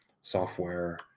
software